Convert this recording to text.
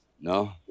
No